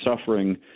suffering